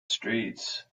streets